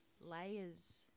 layers